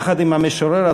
יחד עם המשורר עצמו,